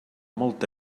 molta